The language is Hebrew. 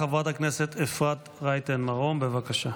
חברת הכנסת אפרת רייטן מרום, בבקשה.